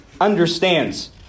understands